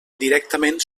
directament